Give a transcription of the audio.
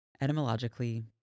Etymologically